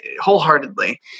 wholeheartedly